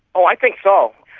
um i think so.